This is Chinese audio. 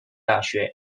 大学